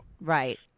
right